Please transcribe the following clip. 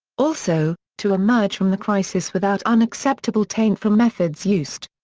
also to emerge from the crisis without unacceptable taint from methods used.